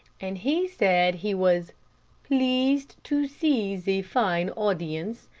and he said he was pleased too see ze fine audience,